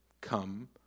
come